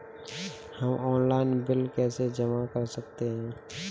हम online bill कैसे जमा कर सकते हैं?